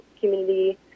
community